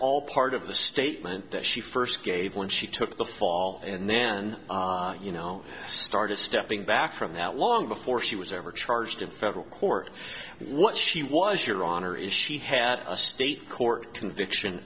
all part of the statement that she first gave when she took the fall and then you know started stepping back from that long before she was ever charged in federal court what she was your honor is she had a state court conviction